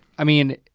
i mean,